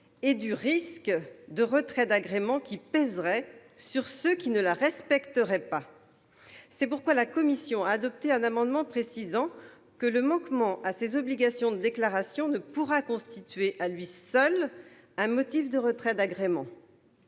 et du risque de retrait d'agrément qui pèserait sur ceux qui ne la respecteraient pas. C'est pourquoi la commission a adopté un amendement tendant à préciser que le manquement à ces obligations de déclaration ne pourra pas constituer à lui seul un motif de retrait d'agrément.